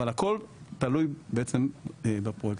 אבל הכל תלוי בפרויקטים.